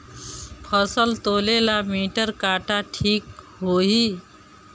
फसल तौले ला मिटर काटा ठिक होही?